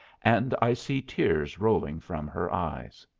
and i see tears rolling from her eyes.